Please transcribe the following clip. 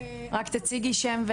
שלום לכולם,